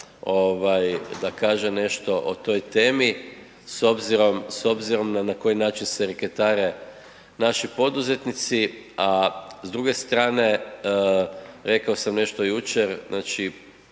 da kaže nešto o toj temi s obzirom na koji način se reketare naši poduzetnici, a s druge strane rekao sam nešto jučer. Znači,